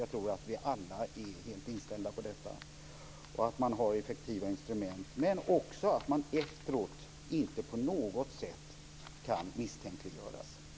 Jag tror att vi alla är helt inställda på detta. Kommissionen måste ha effektiva instrument. Men den får inte på något sätt kunna misstänkliggöras i efterhand.